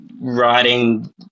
writing